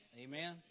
amen